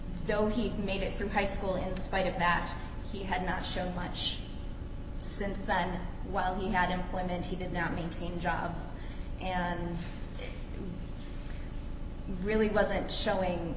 he made it through high school in spite of that he had not shown much since then while he not employment he did not maintain jobs and really wasn't showing